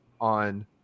on